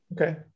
Okay